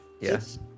Yes